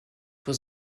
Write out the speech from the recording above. was